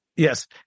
Yes